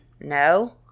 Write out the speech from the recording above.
No